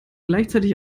gleichzeitig